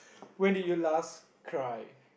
when did you last cry